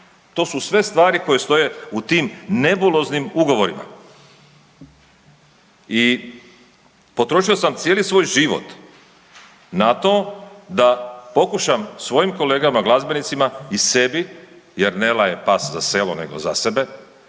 To su sve stvari koje stoje u tim nebuloznim ugovorima. I potrošio sam cijeli svoj život na to da pokušam svojim kolegama glazbenicima i sebi jer ne laje pas za selo nego za sebe,